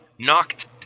knocked